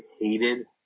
hated